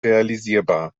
realisierbar